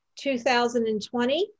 2020